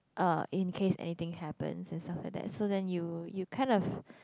uh in case anything happens and stuff like that so then you you kind of